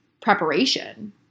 preparation